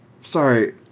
Sorry